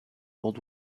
old